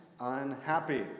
unhappy